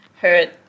hurt